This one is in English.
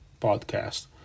podcast